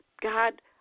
God